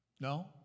No